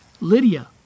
Lydia